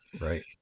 Right